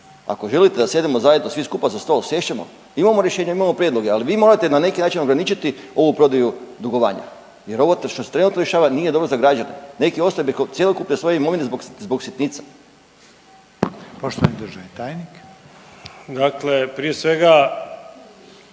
ako želite da sjednemo zajedno svi skupa za stol sjest ćemo, imamo rješenje, imamo prijedloge, al vi morate na neki način ograničiti ovu prodaju dugovanja jer ovo što se trenutno dešava nije dobro za građane, neki ostaju bez cjelokupne svoje imovine zbog sitnice. **Reiner, Željko (HDZ)** Poštovani